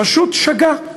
פשוט שגה.